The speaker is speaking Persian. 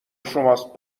شماست